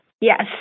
Yes